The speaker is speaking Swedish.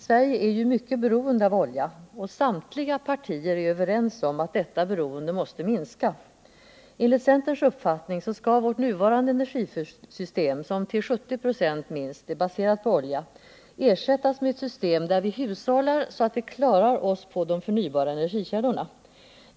Sverige är ju mycket beroende av olja, och samtliga partier är överens om att detta beroende måste minskas. Enligt centerns uppfattning skall vårt nuvarande energisystem, som till minst 70 96 är baserat på olja, ersättas med ett system där vi hushållar så att vi klarar oss på de förnybara energikällorna.